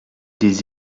des